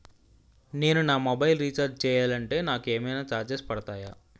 నేను నా mobile recharge చేయాలంటే నాకు ఏమైనా చార్జెస్ పడతాయా?